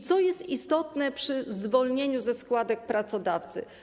Co jest istotne przy zwolnieniu ze składek pracodawcy?